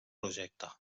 projecte